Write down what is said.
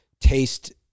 taste